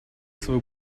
свой